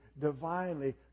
divinely